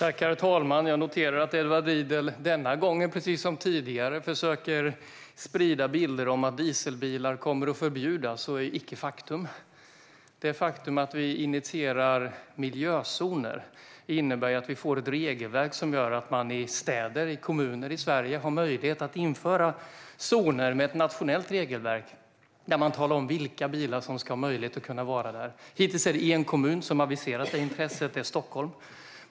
Herr talman! Jag noterar att Edward Riedl denna gång precis som tidigare försöker sprida bilder av att dieselbilar kommer att förbjudas. Så är icke fallet. Det faktum att vi initierar miljözoner innebär att vi får ett regelverk gör att man i städer och kommuner i Sverige har möjlighet att införa zoner med ett nationellt regelverk där man talar om vilka bilar som ska ha möjlighet att kunna vara där. Hittills är det en kommun som aviserat det intresset. Det är Stockholm.